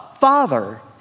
Father